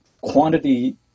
quantity